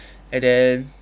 and then